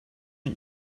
you